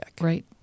Right